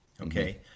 Okay